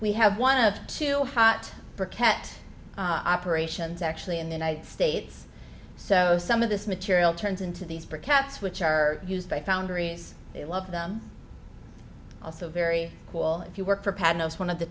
we have one of two hot for cat operations actually in the united states so some of this material turns into these for cats which are used by foundries they love them also very cool if you work for pavlos one of the